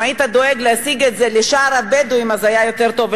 אם היית דואג להשיג את זה לשאר הבדואים היה יותר טוב,